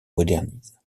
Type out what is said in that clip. modernise